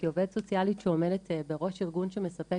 כעובדת סוציאלית שעומדת בראש ארגון שמספק